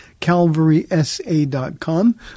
calvarysa.com